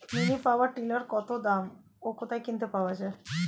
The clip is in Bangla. মিনি পাওয়ার টিলার কত দাম ও কোথায় কিনতে পাওয়া যায়?